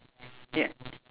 yup